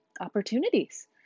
opportunities